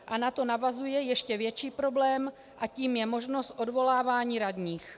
A na to navazuje ještě větší problém a tím je možnost odvolávání radních.